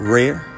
rare